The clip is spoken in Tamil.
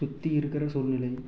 சுற்றி இருக்கிற சூழ்நிலை